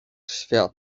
świat